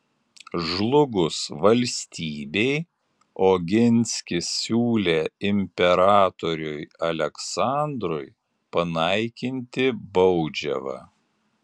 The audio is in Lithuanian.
žlugus valstybei oginskis siūlė imperatoriui aleksandrui panaikinti baudžiavą